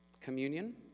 communion